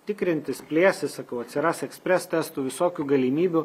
tikrintis plėsis sakau atsiras ekspres testų visokių galimybių